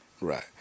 Right